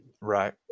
right